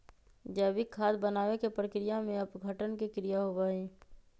जैविक खाद बनावे के प्रक्रिया में अपघटन के क्रिया होबा हई